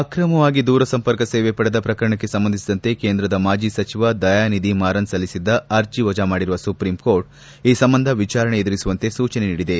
ಅಕ್ರಮವಾಗಿ ದೂರಸಂಪರ್ಕ ಸೇವೆ ಪಡೆದ ಪ್ರಕರಣಕ್ಕೆ ಸಂಬಂಧಿಸಿದಂತೆ ಕೇಂದ್ರದ ಮಾಜಿ ಸಚಿವ ದಯಾನಿಧಿ ಮಾರನ್ ಸಲ್ಲಿಸಿದ್ದ ಅರ್ಜಿ ವಜಾ ಮಾಡಿರುವ ಸುಪ್ರೀಂಕೋರ್ಟ್ ಈ ಸಂಬಂಧ ವಿಚಾರಣೆ ಎದುರಿಸುವಂತೆ ಸೂಚನೆ ನೀಡಿದೆ